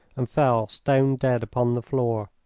and fell stone-dead upon the floor.